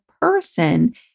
person